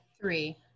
three